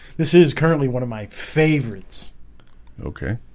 this is currently one of my favorites okay,